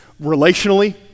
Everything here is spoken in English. relationally